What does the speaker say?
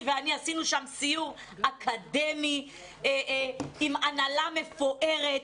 ואני עשינו שם סיור אקדמי עם הנהלה מפוארת,